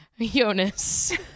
Jonas